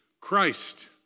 Christ